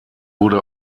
wurde